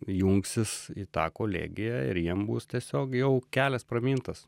jungsis į tą kolegiją ir jiems bus tiesiog jau kelias pramintas